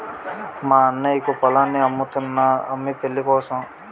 మా అన్నయ్యకు పొలాన్ని అమ్ముతున్నా అమ్మి పెళ్ళికోసం